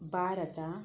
Bharat